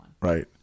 right